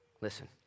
Listen